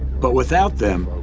but without them,